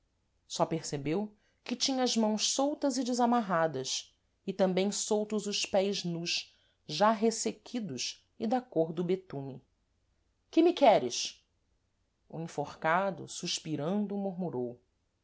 só percebeu que tinha as mãos soltas e desamarradas e tambêm soltos os pés nus já ressequidos e da côr do betume que me queres o enforcado suspirando murmurou